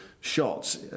shots